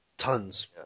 Tons